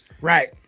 Right